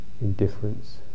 indifference